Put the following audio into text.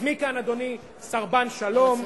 אז מי כאן, אדוני, סרבן שלום?